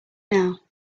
now